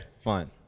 Fine